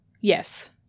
Yes